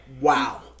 wow